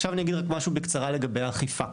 עכשיו אני אגיד משהו בקצרה לגבי האכיפה.